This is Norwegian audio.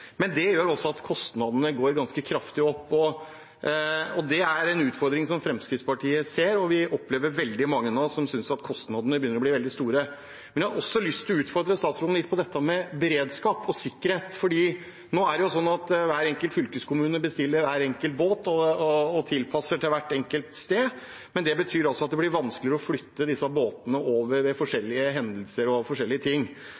at det er veldig mange som synes at kostnadene begynner å bli veldig store. Jeg har også lyst til å utfordre statsråden litt om beredskap og sikkerhet. Nå er det sånn at hver fylkeskommune bestiller hver sin båt og tilpasser den til hvert enkelt sted. Det betyr at det blir vanskeligere å flytte disse båtene over ved forskjellig hendelser og forskjellige ting.